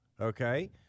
Okay